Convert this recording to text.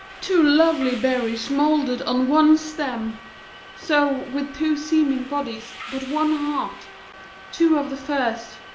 two lovely berries moulded on one stem so, with two seeming bodies, but one heart two of the first,